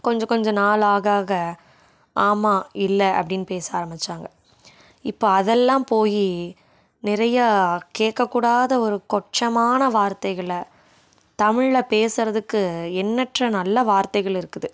கொஞ்சம் கொஞ்சம் நாள் ஆக ஆக ஆமாம் இல்லை அப்படின்னு பேச ஆரம்பிச்சாங்கள் இப்போ அதெல்லாம் போய் நிறையா கேட்கக்கூடாத ஒரு கொச்சமான வார்த்தைகளை தமிழ்ல பேசுறதுக்கு எண்ணற்ற நல்ல வார்த்தைகள் இருக்குது